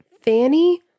Fanny